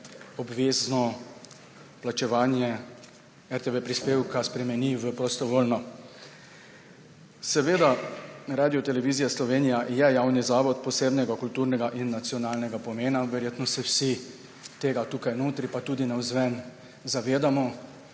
obvezno plačevanje RTV prispevka spremeni v prostovoljno. Seveda je RTV javni zavod posebnega kulturnega in nacionalnega pomena, verjetno se vsi tega tukaj notri pa tudi navzven zavedamo.